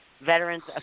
Veterans